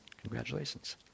Congratulations